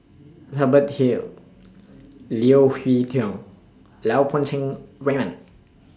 Hubert Hill Leo Hee Tong Lau Poo Raymond